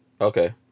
Okay